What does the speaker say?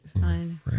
Fine